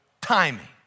timing